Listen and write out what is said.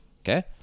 Okay